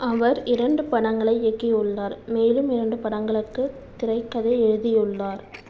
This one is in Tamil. அவர் இரண்டு படங்களை இயக்கியுள்ளார் மேலும் இரண்டு படங்களுக்கு திரைக்கதை எழுதியுள்ளார்